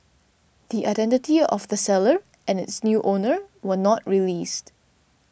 the identity of the seller and its new owner were not released